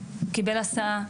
קיבל הסעה,